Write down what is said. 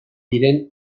diren